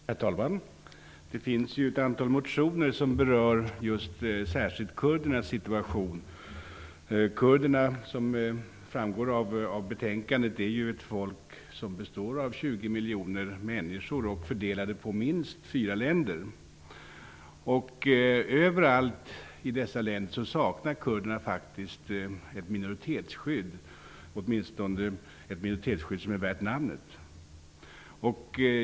Herr talman! Det finns ett antal motioner som berör särskilt kurdernas situation. Som framgår av betänkandet är kurderna ett folk som består av 20 miljoner människor fördelade på minst fyra länder. Överallt i dessa länder saknar kurderna faktiskt ett minoritetsskydd, åtminstone ett minoritetsskydd värt namnet.